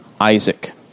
Isaac